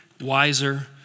wiser